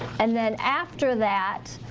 and then after that,